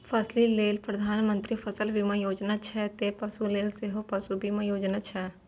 फसिल लेल प्रधानमंत्री फसल बीमा योजना छै, ते पशु लेल सेहो पशु बीमा योजना छै